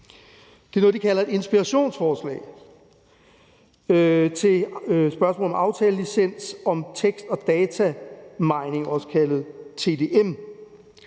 Det er noget, de kalder et inspirationsforslag til spørgsmålet om aftalelicens om tekst- og datamining, også kaldet TDM.